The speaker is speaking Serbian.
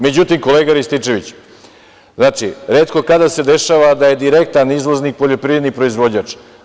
Međutim, kolega Rističeviću, retko kada se dešava da je direktan izvoznik poljoprivredni proizvođač.